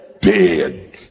dead